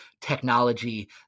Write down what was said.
technology